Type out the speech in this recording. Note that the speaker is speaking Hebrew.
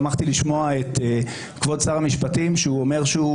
שמחתי לשמוע את כבוד שר המשפטים שאומר שהוא